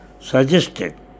suggested